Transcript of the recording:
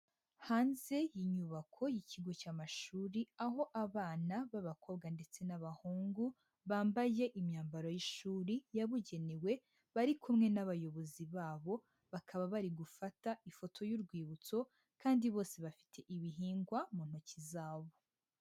Hanze y'inyubako y'ikigo cy'amashuri, aho abana b'abakobwa ndetse n'abahungu bambaye imyambaro y'ishuri yabugenewe, bari kumwe n'abayobozi babo, bakaba bari gufata ifoto y'urwibutso kandi bose bafite ibihingwa mu ntoki zabo.